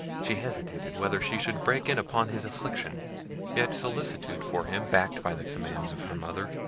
she hesitated whether she should break in upon his affliction yet solicitude for him, backed by the commands of her mother,